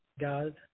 God